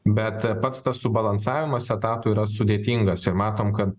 bet pats tas subalansavimas etatų yra sudėtingas ir matom kad